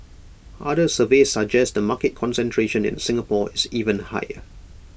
other surveys suggest the market concentration in Singapore is even higher